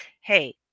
hey